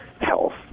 health